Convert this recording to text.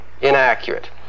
inaccurate